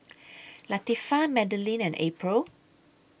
Latifah Madelyn and April